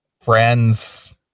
friends